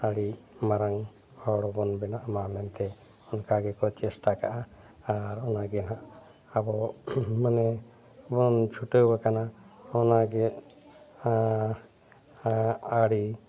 ᱟᱹᱰᱤ ᱢᱟᱨᱟᱝ ᱦᱚᱲᱵᱚᱱ ᱵᱮᱱᱟᱜ ᱢᱟ ᱢᱮᱱᱛᱮ ᱚᱱᱠᱟᱜᱮᱠᱚ ᱪᱮᱥᱴᱟ ᱠᱟᱜᱼᱟ ᱟᱨ ᱚᱱᱟᱜᱮ ᱦᱟᱸᱜ ᱟᱵᱚ ᱢᱟᱱᱮ ᱵᱚᱱ ᱪᱷᱩᱴᱟᱹᱣᱟᱠᱟᱱᱟ ᱚᱱᱟᱜᱮ ᱟᱨ ᱟᱹᱨᱤ